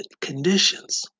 conditions